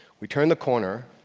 we turned the corner.